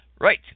right